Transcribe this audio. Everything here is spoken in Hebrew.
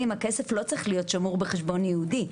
הכסף לא צריך להיות שמור בחשבון ייעודי,